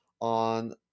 on